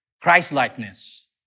Christ-likeness